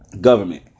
government